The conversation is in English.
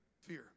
fear